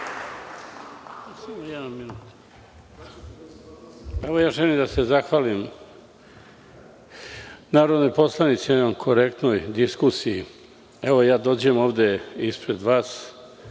Ilić** Želim da se zahvalim narodnoj poslanici na jednoj korektnoj diskusiji. Evo, ja dođem ovde ispred vas